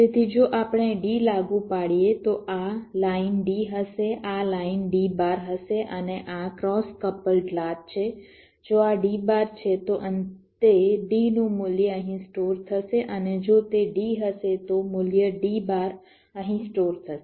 તેથી જો આપણે D લાગુ પાડીએ તો આ લાઇન D હશે આ લાઇન D બાર હશે અને આ ક્રોસ કપલ્ડ લાચ છે જો આ D બાર છે તો અંતે D નું મૂલ્ય અહીં સ્ટોર થશે અને જો તે D હશે તો મૂલ્ય D બાર અહીં સ્ટોર થશે